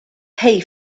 pay